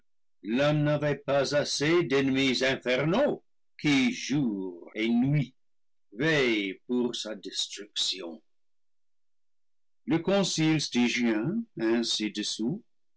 l'homme n'avait pas assez d'ennemis infernaux qui jour et nuit veillent pour sa destruction le concile stygien ainsi dissous